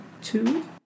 two